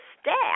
staff